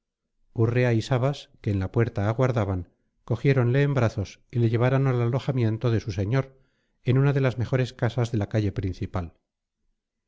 urrea y sabas que en la puerta aguardaban cogiéronle en brazos y le llevaron al alojamiento de su señor en una de las mejores casas de la calle principal